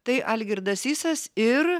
tai algirdas sysas ir